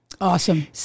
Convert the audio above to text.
Awesome